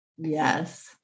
Yes